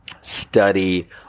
study